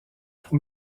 pour